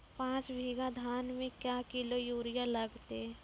पाँच बीघा धान मे क्या किलो यूरिया लागते?